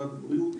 משרד הבריאות,